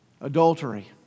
adultery